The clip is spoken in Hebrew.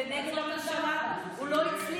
בנט ראש הממשלה, הוא לא הצליח.